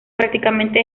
prácticamente